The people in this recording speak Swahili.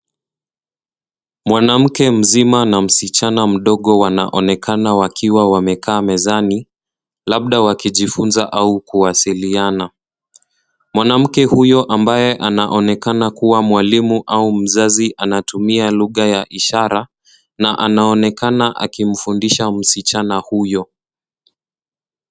Mwanamke mzima na msichana mdogo wanaonekana wakiwa wamekaa mezani labda wakijifunza au kuwasiliana. Mwanamke huyo ambaye anaonekana kuwa mwalimu au mzazi anatumia lugha ya ishara na anaonekana akimfundisha msichana huyo.